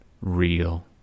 real